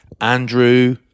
Andrew